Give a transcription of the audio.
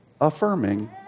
affirming